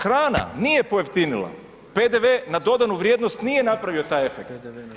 Hrana nije pojeftinila, PDV na dodanu vrijednost nije napravio taj efekt.